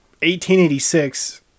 1886